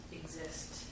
exist